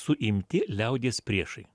suimti liaudies priešai